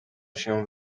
się